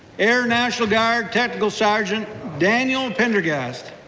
air national guard technical sergeant daniel pendergast,